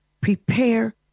prepare